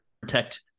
protect